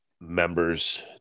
members